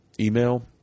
email